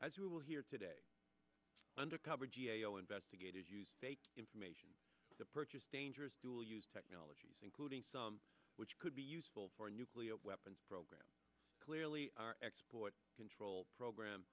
as we will hear today undercover g a o investigative information to purchase dangerous dual use technologies including some which could be useful for a nuclear weapons program clearly our export control program